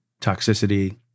toxicity